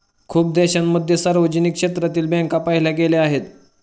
खूप देशांमध्ये सार्वजनिक क्षेत्रातील बँका पाहिल्या गेल्या आहेत